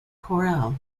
corel